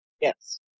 Yes